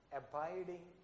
abiding